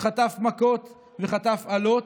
וחטף מכות, וחטף אלות,